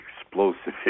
explosive